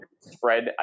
spread